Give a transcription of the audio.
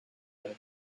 other